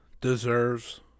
deserves